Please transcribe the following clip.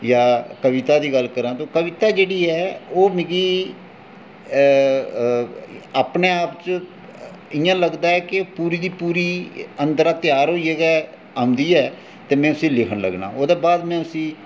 ते जां कविता दी गल्ल करां तां कविता जेह्ड़ी ऐ ओह् मिगी अपने आप च इं'या लगदा ऐ की पूरी दी पूरी अंदर दा त्यार होइयै गै औंदी ऐ ते में उसी लिखन लग्गना ते ओह्दे बाद में उसी